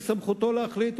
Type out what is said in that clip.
זו סמכותו להחליט,